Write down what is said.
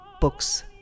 books